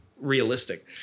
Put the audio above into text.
realistic